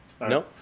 No